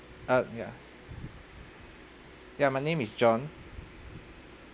err ya yeah my name is john